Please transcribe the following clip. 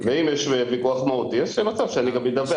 ואם יש ויכוח מהותי יש מצב שאני גם אדווח